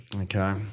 okay